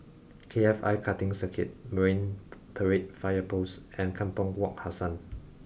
K F I Karting Circuit Marine Parade Fire Post and Kampong Wak Hassan